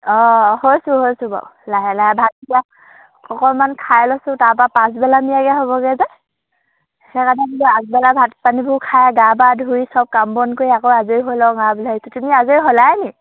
অঁ অঁ হৈছোঁ হৈছোঁ বাৰু লাহে লাহে ভাতকেইটা অকণমান খাই লৈছোঁ তাৰপৰা পাছবেলা নিয়াগে হ'বগৈ যে সেইকাৰণে বোলো আগবেলা ভাত পানীবোৰ খাই গা পা ধুই চব কাম বন কৰি আকৌ আজৰি হৈ লওঁ আৰু বুলি ভাবিছোঁ তুমি আজৰি হ'লাই নি